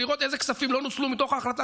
לראות איזה כספים לא נוצלו מתוך ההחלטה